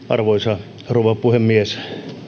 arvoisa rouva puhemies